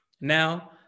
Now